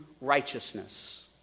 righteousness